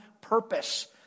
purpose